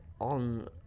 on